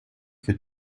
que